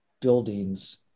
buildings